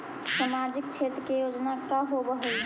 सामाजिक क्षेत्र के योजना का होव हइ?